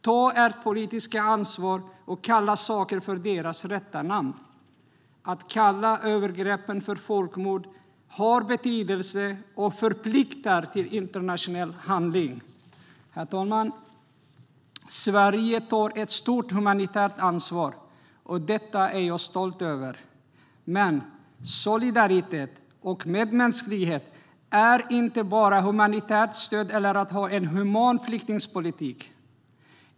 Ta ert politiska ansvar och kalla saker för deras rätta namn! Att kalla övergreppen för folkmord har betydelse och förpliktar till internationell handling. Herr talman! Sverige tar ett stort humanitärt ansvar, och det är jag stolt över. Men solidaritet och medmänsklighet är inte bara humanitärt stöd eller att ha en human flyktingpolitik.